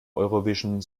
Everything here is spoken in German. eurovision